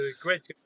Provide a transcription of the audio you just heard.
great